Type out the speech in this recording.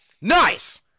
Nice